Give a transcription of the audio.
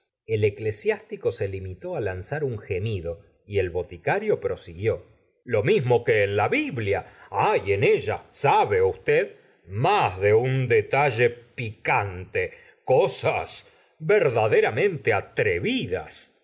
el eclesiástico se limitó á lanzar un gemido y el boticario prosiguió lo mismo que en la biblia hay en ella sabe usted más de un detalle picante cosas verdaderamente atrevidas